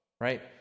right